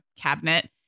cabinet